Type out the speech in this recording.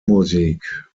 musik